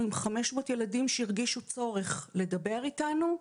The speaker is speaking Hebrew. עם 500 ילדים שהרגישו צורך לדבר איתנו.